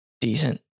decent